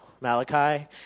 Malachi